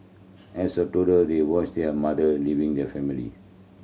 as a toddler they watched their mother leaving the family